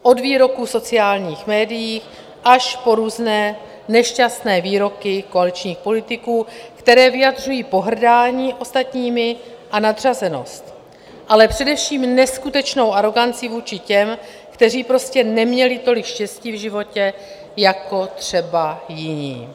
Od výroků sociálních médií až po různé nešťastné výroky koaličních politiků, které vyjadřují pohrdání ostatními a nadřazenost, ale především neskutečnou aroganci vůči těm, kteří prostě neměli tolik štěstí v životě jako třeba jiní.